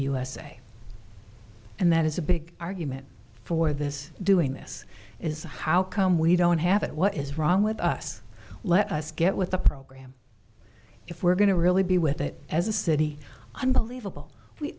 usa and that is a big argument for this doing this is the how come we don't have it what is wrong with us let us get with the program if we're going to really be with it as a city unbelievable we